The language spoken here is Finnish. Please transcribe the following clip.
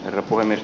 herra puhemies